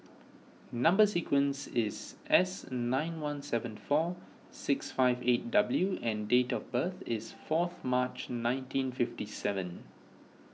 Number Sequence is S nine one seven four six five eight W and date of birth is fourth March nineteen fifty seven